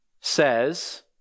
says